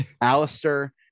Alistair